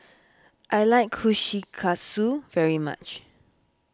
I like Kushikatsu very much